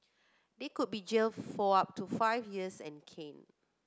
they could be jailed for up to five years and caned